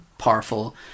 Powerful